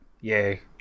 yay